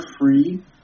free